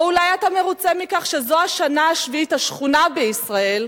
או אולי אתה מרוצה מכך שזו השנה השביעית השחונה בישראל,